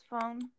phone